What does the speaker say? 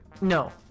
no